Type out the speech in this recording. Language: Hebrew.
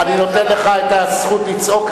אני נותן לך את הזכות לצעוק,